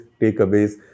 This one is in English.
takeaways